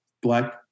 black